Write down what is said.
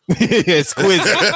exquisite